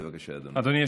בבקשה, אדוני.